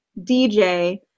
DJ